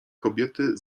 kobiety